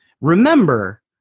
Remember